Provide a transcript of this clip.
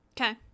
Okay